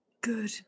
Good